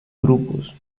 grupos